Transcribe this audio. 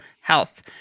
Health